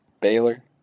Baylor